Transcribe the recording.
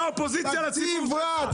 אתה אופוזיציה לציבור שלך.